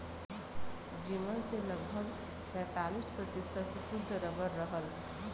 जेमन से लगभग सैंतालीस प्रतिशत सुद्ध रबर रहल